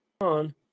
on